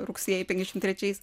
rugsėjį penkiasdešimt trečiais